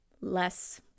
less